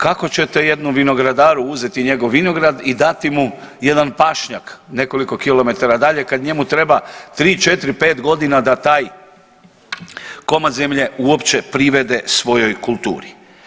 Kako ćete jednom vinogradaru uzeti njegov vinograd i dati mu jedan pašnjak nekoliko kilometara dalje kad njemu treba 3, 4, 5.g. da taj komad zemlje uopće privede svojoj kulturi.